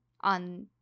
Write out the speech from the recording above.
on